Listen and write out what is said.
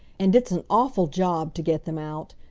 and it's an awful job to get them out.